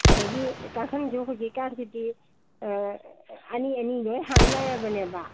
ꯑꯗꯒꯤ ꯀꯥꯡꯈꯜꯁꯨ ꯍꯧꯖꯤꯛꯀꯥꯟꯁꯤꯗꯤ ꯑꯅꯤ ꯑꯅꯤ ꯂꯣꯏ ꯍꯥꯞꯅꯔꯕꯅꯦꯕ